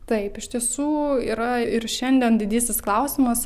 taip iš tiesų yra ir šiandien didysis klausimas